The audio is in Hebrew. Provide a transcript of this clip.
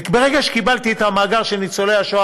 ברגע שקיבלתי את המאגר של ניצולי השואה,